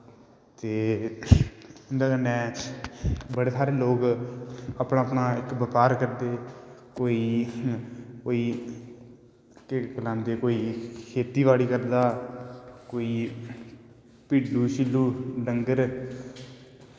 ते उंदै कन्नै बड़े सारे लोग अपना अनपा इक व्यापहार करदे कोई केह् गलांदे कोई खेत्ती बाड़ी करदा कोई भिड्डू शिल्लू डंगर